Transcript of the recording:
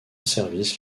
service